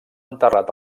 enterrat